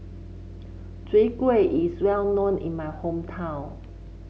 Chwee Kueh is well known in my hometown